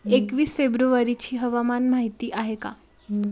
एकवीस फेब्रुवारीची हवामान माहिती आहे का?